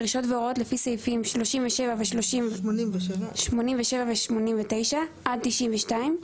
דרישות והוראות לפי סעיפים 87 ו-89 עד 92,